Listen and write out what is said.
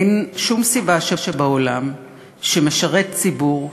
אין שום סיבה בעולם שמשרת ציבור,